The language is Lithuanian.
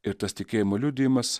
ir tas tikėjimo liudijimas